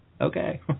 Okay